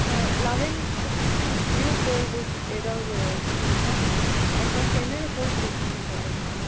லெவன்த்க்கு new courses எதாவது இருக்கா first என்னென்ன கோர்ஸ் இருக்குன்னு சொல்லுங்கள் மேம்